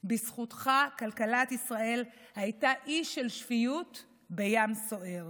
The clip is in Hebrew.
בזכותך כלכלת ישראל הייתה אי של שפיות בים סוער.